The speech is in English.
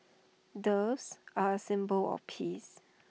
doves are A symbol of peace